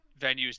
venues